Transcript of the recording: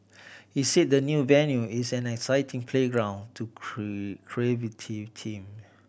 he said the new venue is an exciting playground to creative team